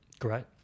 Great